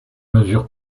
mesures